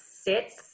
sits